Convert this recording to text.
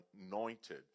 anointed